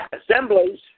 assemblies